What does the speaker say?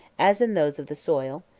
as in those of the soil,